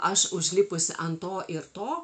aš užlipusi ant to ir to